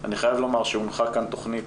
אני חייב לומר שהונחה כאן תכנית